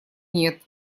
нет